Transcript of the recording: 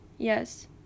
Yes